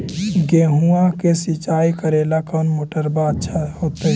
गेहुआ के सिंचाई करेला कौन मोटरबा अच्छा होतई?